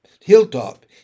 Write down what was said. hilltop